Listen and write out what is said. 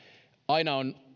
aina on